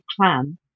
Clan